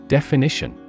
Definition